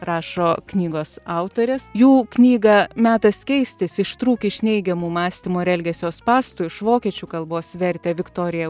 rašo knygos autorės jų knygą metas keistis ištrūk iš neigiamų mąstymo ir elgesio spąstų iš vokiečių kalbos vertė viktorija